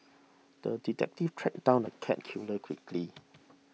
the detective tracked down the cat killer quickly